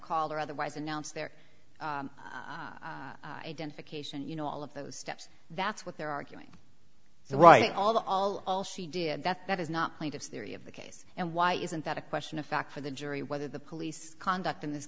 call or otherwise announce their identification you know all of those steps that's what they're arguing so right all the all all she did that that is not plaintiff's theory of the case and why isn't that a question of fact for the jury whether the police conduct in this